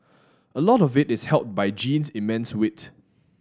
a lot of it is helped by Jean's immense wit